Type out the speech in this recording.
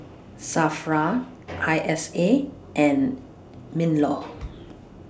SAFRA I S A and MINLAW